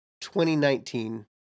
2019